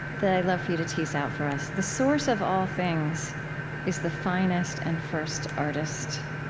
that i'd love for you to tease out for us. the source of all things is the finest and first artist.